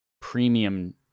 premium